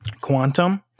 quantum